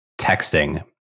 texting